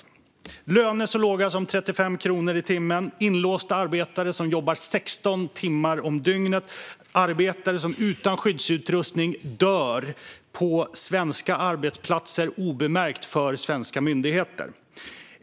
Det rör sig om löner så låga som 35 kronor i timmen, om inlåsta arbetare som jobbar 16 timmar om dygnet och om arbetare som utan skyddsutrustning dör på svenska arbetsplatser, obemärkt för svenska myndigheter.